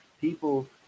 People